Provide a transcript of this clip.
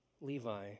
Levi